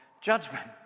judgment